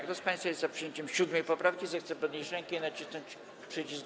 Kto z państwa jest za przyjęciem 7. poprawki, zechce podnieść rękę i nacisnąć przycisk.